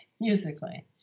musically